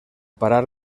parar